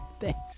Thanks